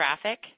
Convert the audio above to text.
traffic